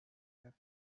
i’ve